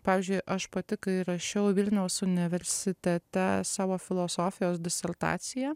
pavyzdžiui aš pati kai rašiau vilniaus universitete savo filosofijos disertaciją